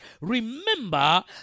Remember